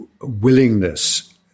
willingness